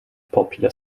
popular